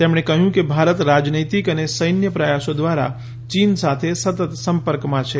તેમણે કહ્યું કે ભારત રાજનૈતિક અને સૈન્ય પ્રયાસો દ્વારા ચીન સાથે સતત સંપર્કમાં છે